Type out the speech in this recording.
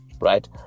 right